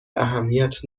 اهمیت